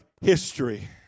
history